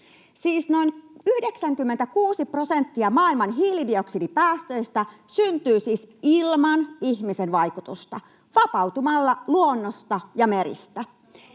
noin 96 prosenttia maailman hiilidioksidipäästöistä syntyy ilman ihmisen vaikutusta vapautumalla luonnosta ja meristä.